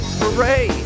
hooray